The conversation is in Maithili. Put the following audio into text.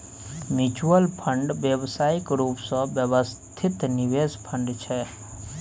म्युच्युल फंड व्यावसायिक रूप सँ व्यवस्थित निवेश फंड छै